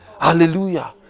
hallelujah